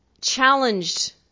challenged